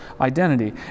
identity